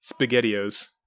Spaghettios